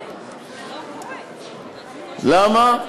למה?